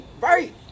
Right